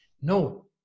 No